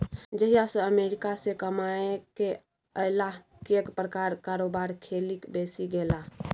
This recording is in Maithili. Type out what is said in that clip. जहिया सँ अमेरिकासँ कमाकेँ अयलाह कैक प्रकारक कारोबार खेलिक बैसि गेलाह